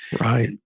Right